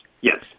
Yes